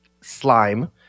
slime